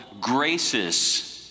graces